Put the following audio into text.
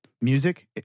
music